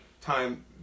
Time